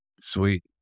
Sweet